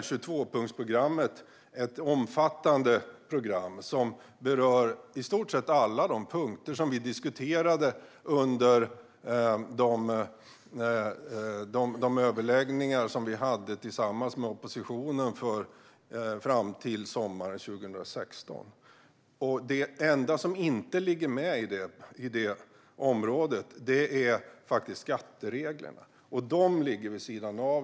22-punktsprogrammet är ett omfattande program som berör i stort sett alla de punkter som vi diskuterade under de överläggningar som vi hade tillsammans med oppositionen fram till sommaren 2016. Det enda som inte ligger med i det området är skattereglerna. De ligger vid sidan av.